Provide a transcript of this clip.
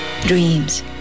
Dreams